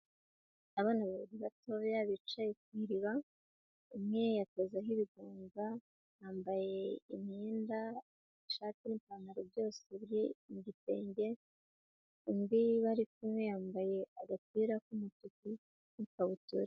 Abana babiri batoya bicaye ku iriba, umwe akozaho ibiganza, bambaye imyenda ishati n'ipantaro byose byigitenge, undi bari kumwe yambaye agapira k'umutuku n'ikabutura.